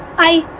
i